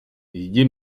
jdi